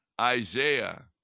Isaiah